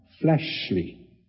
fleshly